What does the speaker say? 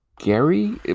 Gary